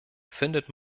findet